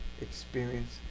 experience